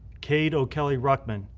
cade o'kelly ruckman,